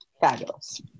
fabulous